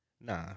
nah